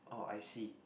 oh I see